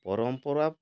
ପରମ୍ପରା